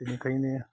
बेनिखायनो